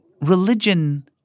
religion